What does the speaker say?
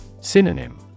Synonym